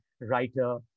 writer